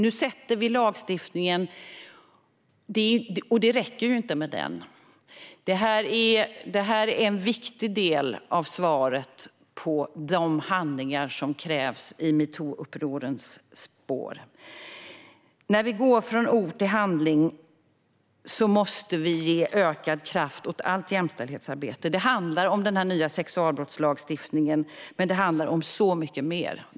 Nu sätter vi lagstiftningen. Det räcker inte med den. Det här är en viktig del av svaret på de handlingar som krävs i metoo-upprorens spår. När vi går från ord till handling måste vi ge ökad kraft åt allt jämställdhetsarbete. Det handlar om den nya sexualbrottslagstiftningen, men det handlar också om så mycket mer.